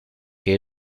que